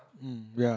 mm ya